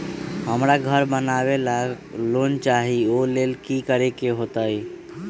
हमरा घर बनाबे ला लोन चाहि ओ लेल की की करे के होतई?